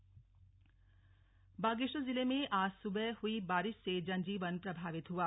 बागेश्वर बारिश बागेश्वर जिले में आज सुबह हुई बारिश से जनजीवन प्रभावित हुआ